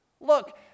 Look